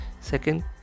Second